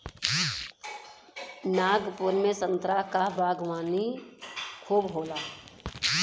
नागपुर में संतरा क बागवानी खूब होला